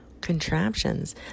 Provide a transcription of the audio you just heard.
contraptions